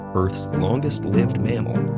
earth's longest-lived mammal,